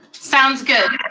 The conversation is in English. sounds good.